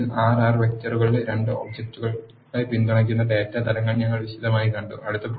ചുരുക്കത്തിൽ R R വെക്റ്ററുകളുടെ രണ്ട് ഒബ് ജക്റ്റുകളെ പിന്തുണയ് ക്കുന്ന ഡാറ്റാ തരങ്ങൾ ഞങ്ങൾ വിശദമായി കണ്ടു